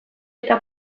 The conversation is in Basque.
eta